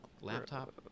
laptop